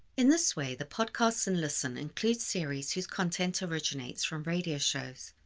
in this way, the podcasts in listen include series whose content originates from radio shows,